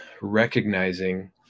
recognizing